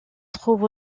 trouve